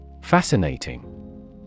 Fascinating